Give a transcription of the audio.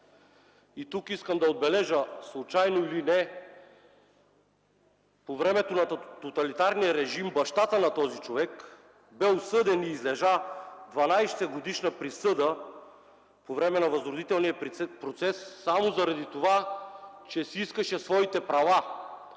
Тук искам да отбележа – случайно или не, по времето на тоталитарния режим бащата на този човек бе осъден и излежа 12-годишна присъда по време на Възродителния процес само заради това, че си искаше правата.